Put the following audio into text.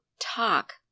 talk